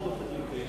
Board of Education.